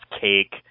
cake